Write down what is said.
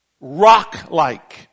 rock-like